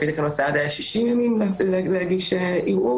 לפי תקנות סד"א יש 60 ימים להגיש ערעור.